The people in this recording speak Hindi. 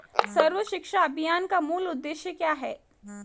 सर्व शिक्षा अभियान का मूल उद्देश्य क्या है?